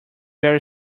very